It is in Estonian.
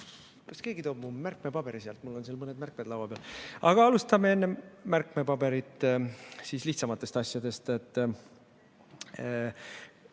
Kas keegi toob mu märkmepaberi sealt? Mul on mõned märkmed laua peal. Aga alustame enne märkmepaberit lihtsamatest asjadest.